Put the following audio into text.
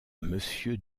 monsieur